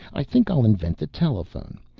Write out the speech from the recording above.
i think i'll invent the telephone.